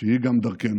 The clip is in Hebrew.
שהיא גם דרכנו.